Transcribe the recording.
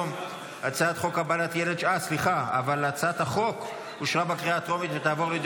הצעת החוק אושרה בקריאה טרומית ותעבור לדיון